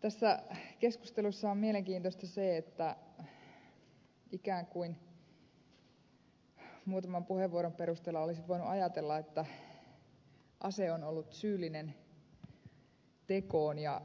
tässä keskustelussa on mielenkiintoista se että ikään kuin muutaman puheenvuoron perusteella olisi voinut ajatella että ase on ollut syyllinen tekoon ja